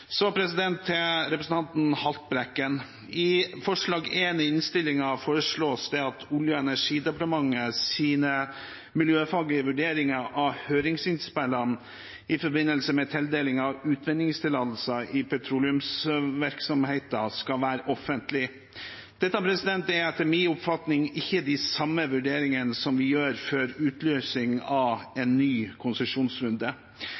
Så til representanten Haltbrekken: I forslag nr. 1 i innstillingen foreslås det at Olje- og energidepartementets miljøfaglige vurderinger av høringsinnspillene i forbindelse med tildelingen av utvinningstillatelser i petroleumsvirksomheten skal være offentlig. Dette er etter min oppfatning ikke de samme vurderingene som vi gjør før utlysing av